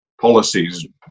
policies